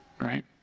right